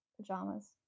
Pajamas